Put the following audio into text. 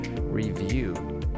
review